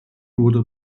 wurde